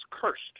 cursed